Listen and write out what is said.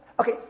okay